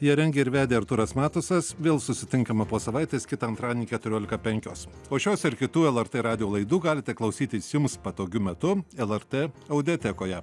ją rengė ir vedė artūras matusas vėl susitinkame po savaitės kitą antradienį keturiolika penkios o šios ir kitų lrt radijo laidų galite klausytis jums patogiu metu lrt audiotekoje